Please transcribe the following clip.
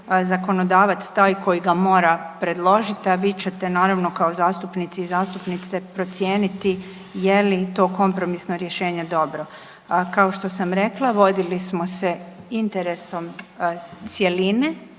zakonodavac taj koji ga mora predložiti, a vi ćete naravno kao zastupnici i zastupnice procijeniti je li to kompromisno rješenje dobro. Kao što sam rekla vodili smo se interesom cjeline